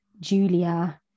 Julia